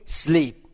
sleep